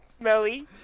Smelly